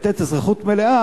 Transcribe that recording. לתת אזרחות מלאה?